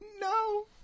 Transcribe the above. No